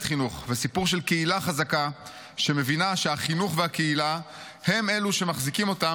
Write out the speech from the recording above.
חינוך וסיפור של קהילה חזקה שמבינה שהחינוך והקהילה הם אלו שמחזיקים אותם